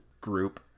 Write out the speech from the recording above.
group